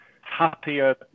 happier